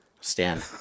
Stan